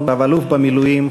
רב-אלוף במילואים,